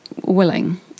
willing